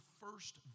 first